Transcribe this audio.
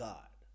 God